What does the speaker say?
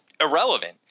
irrelevant